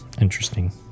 Interesting